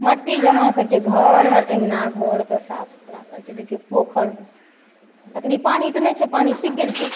मट्टी जमा करै छै घर हर अँगना घरके साफ सुथरा करै छै देखियौ पोखरिमे सँ अखनी पानि तऽ नहि छै पानि सुखि गेल छै